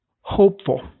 hopeful